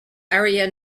area